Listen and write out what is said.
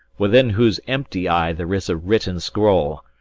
within whose empty eye there is a written scroll!